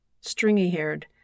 Stringy-haired